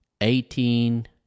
eighteen